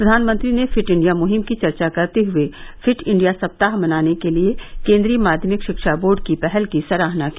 प्रधानमंत्री ने fit India मुहिम की चर्चा करते हुए फिट इंडिया सप्ताह मनाने के लिए केन्द्रीय माध्यमिक रिक्षा बोर्ड की पहल की सराहना की